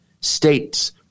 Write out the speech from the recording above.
states